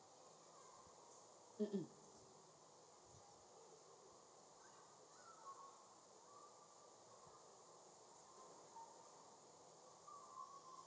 um um